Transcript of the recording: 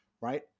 right